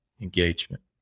engagement